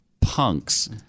punks